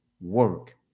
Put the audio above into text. work